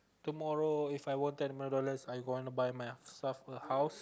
tomorrow If I won ten more dollars I gonna buy my stuff from my house